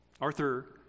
Arthur